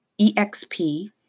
EXP